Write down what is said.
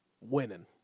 winning